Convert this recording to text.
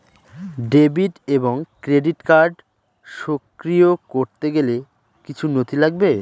Debit এবং credit card সক্রিয় করতে গেলে কিছু নথি লাগবে?